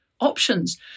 options